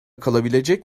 kalabilecek